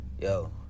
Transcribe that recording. yo